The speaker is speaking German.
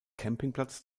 campingplatz